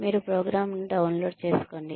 మీరు ప్రోగ్రామ్ను డౌన్లోడ్ చేసుకోండి